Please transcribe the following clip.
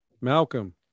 Malcolm